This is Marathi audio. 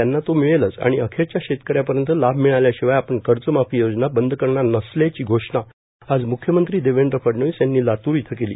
त्यांना तो मिळेलच आणि अखेरच्या शेतकऱ्यापर्यंत लाभ मिळाल्याशिवाय आपण कर्जमाफी योजना बंद करणार नसल्याची घोषणा आज मुख्यमंत्री देवेंद्र फडणवीस यांनी लातूर इथं केली